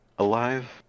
Alive